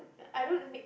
I don't make